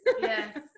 yes